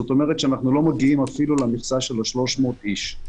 זאת אומרת שאנחנו לא מגיעים אפילו למכסה של 300 אנשים.